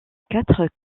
quatre